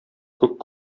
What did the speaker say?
күк